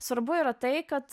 svarbu yra tai kad